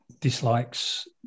dislikes